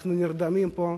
אנחנו נרדמים פה,